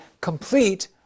complete